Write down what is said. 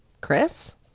Chris